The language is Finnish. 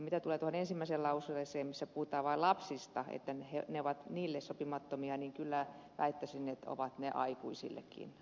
mitä tulee tuohon ensimmäiseen lauseeseen missä puhutaan vain lapsista että tällaiset ohjelmat ovat heille sopimattomia niin kyllä väittäisin että ovat ne aikuisillekin